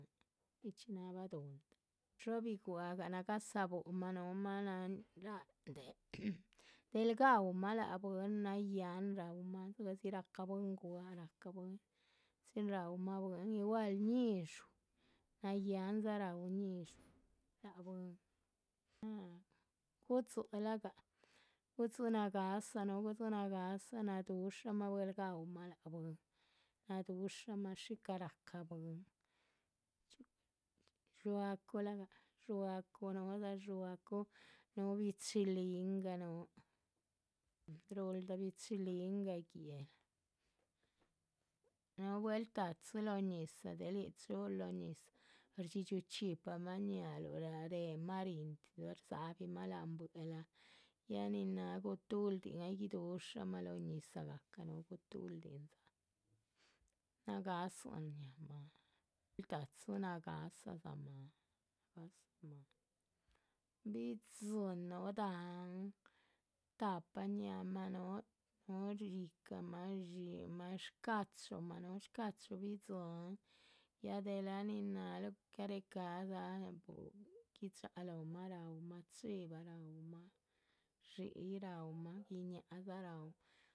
Nichxí náha baduhunda, shoobigwah nagáhdza búhumah, del gaúmah lác ha bwín, nayáhn raúmah dzigahdzi rahca bwín guah ráhca. bwín, chin raúmah bwín igual ñísh´u, nayáhndza raúh ñish´u, lac bwín, gudzií lac gah, gudzií nagáhsa, núhu gudzií nagáhsa, nadúshamah buehl. raúmah lác ha bwín, nadúshamah shícah rahca bwín, dxuáaculagah, dxuáacu núhudza bacuhu núhu bichilinga núhu, ruhulda bichilinga guéhla, núhu buéheltadzi. lóho ñizah del yíc chuhuteheluh lóho ñizah, shdxídxu chxípamah, ñáhaluh réhemah ríhin lue´rdzáhabimah láhan buehla, ya nin náha gutuhúldin aygui dúshamah. lóho ñizah gahca núhu gutuhúlldin, nagáhsin shñáhamah, ya buéheltadzi nagáhsadzamah, bidziín núhu dahán tahpa ñáhaamah núhu, núhu yíhcamah, dxíimah, shcachumah. núhu shcachu bidzíin, ya delah nin náhaluh caréhe ca´dza gu, gui´dxaha lóhomah raúmah chiva raúmah dxi´yi, raúmah guináaha dza rauhmah.